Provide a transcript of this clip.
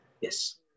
Yes